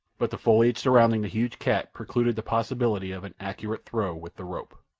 but the foliage surrounding the huge cat precluded the possibility of an accurate throw with the rope.